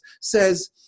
says